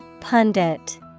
Pundit